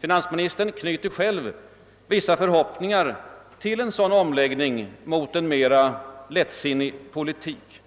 Finansministern knyter själv vissa förhoppningar till en sådan omläggning mot en mer lättsinnig politik.